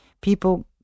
people